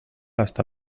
està